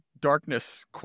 darkness